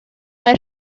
mai